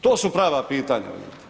To su prava pitanja.